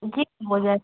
जी हो जाएग